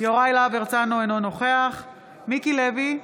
יוראי להב הרצנו, אינו נוכח מיקי לוי,